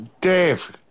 Dave